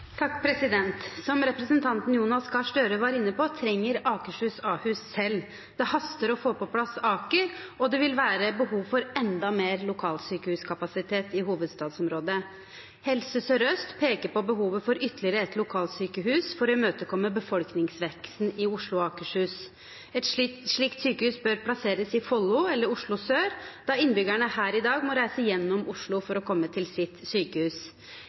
Jonas Gahr Støre var inne på, trenger Akershus Ahus selv. Det haster å få på plass Aker, og det vil være behov for enda mer lokalsykehuskapasitet i hovedstadsområdet. Helse Sør-Øst peker på behovet for ytterligere ett lokalsykehus for å imøtekomme befolkningsveksten i Oslo og Akershus. Et slikt sykehus bør plasseres i Follo eller Oslo sør, da innbyggerne der i dag må reise gjennom Oslo for å komme til sitt sykehus.